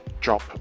drop